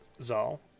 Zal